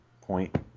point